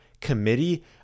committee